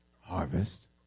Harvest